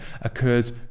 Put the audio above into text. occurs